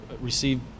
receive